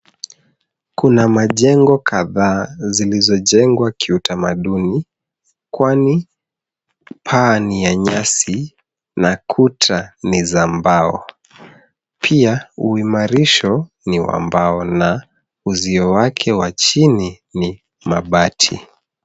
Kuna majengo kadhaa zilizojengwa kiutamaduni, kwani paa ni ya nyasi na kuta ni za mbao. Pia uimarisho ni wa mbao na uzio wake wa chini ni mabati.